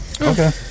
Okay